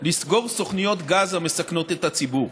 לסגור סוכנויות גז המסכנות את הציבור.